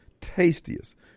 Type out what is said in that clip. tastiest